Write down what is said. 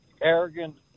arrogant